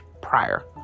prior